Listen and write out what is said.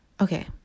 Okay